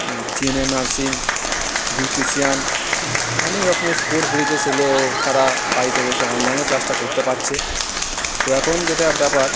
জি N M nursing beautician অনেক রকমেরস course বেড়িয়েছে সেগুলো তারা বাড়িতে বসে অনলাইনেও ক্লাসটা করতে পারছে তো এখন যেটা ব্যাপার